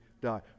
die